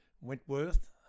Wentworth